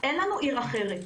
אין לנו עיר אחרת.